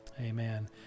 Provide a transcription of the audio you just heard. Amen